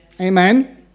Amen